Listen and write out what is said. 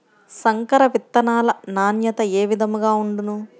సంకర విత్తనాల నాణ్యత ఏ విధముగా ఉండును?